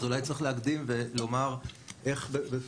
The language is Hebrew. אז אולי צריך להקדים ולומר איך נגבים המיסים.